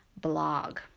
blog